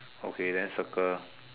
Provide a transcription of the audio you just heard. okay then circle